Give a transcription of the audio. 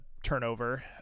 turnover